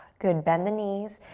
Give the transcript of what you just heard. good, bend the knees.